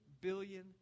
billion